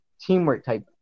teamwork-type